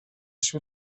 шүү